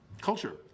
culture